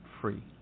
Free